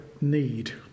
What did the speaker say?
need